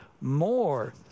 more